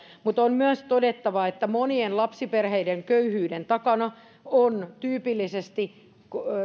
mutta on myös todettava että monien lapsiperheiden köyhyyden takana on tyypillisesti